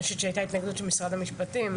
אני חושבת שהייתה התנגדות של משרד המשפטים.